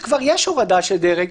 שכבר יש הורדה של דרג,